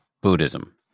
Buddhism